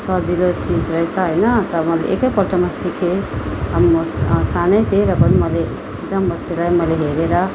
सजिलो चिज रहेछ होइन त मैले एकै पल्टमा सिकेँ अनि म सानै थिएँ र पनि मैले एकदम मजाले मैले हेरेर